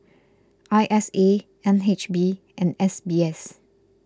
I S A N H B and S B S